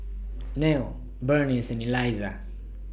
Nelie Burnice and Elizah